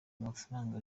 amafaranga